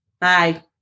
Bye